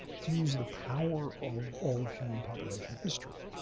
to use the power of all human population history.